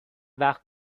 وقت